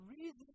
reason